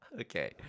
Okay